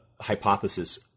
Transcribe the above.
hypothesis